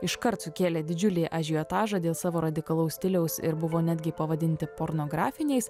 iškart sukėlė didžiulį ažiotažą dėl savo radikalaus stiliaus ir buvo netgi pavadinti pornografiniais